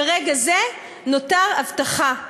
ברגע זה נותרה הבטחה,